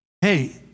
Hey